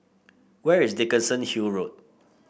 where is Dickenson Hill Road